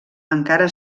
encara